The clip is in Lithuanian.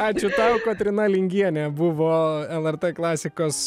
ačiū tau kotryna lingienė buvo lrt klasikos